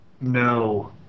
No